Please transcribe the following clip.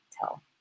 tell